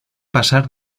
pasar